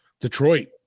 Detroit